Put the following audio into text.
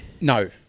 No